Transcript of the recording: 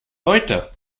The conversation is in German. heute